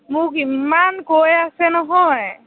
মোক ইমান কৈ আছে নহয়